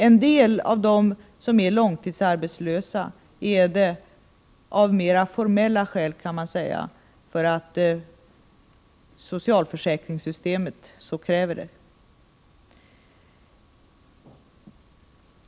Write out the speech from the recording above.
En del av dem som är långtidsarbetslösa är det av mer formella skäl, kan man säga — därför att socialförsäkringssystemet kräver det.